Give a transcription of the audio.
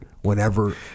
whenever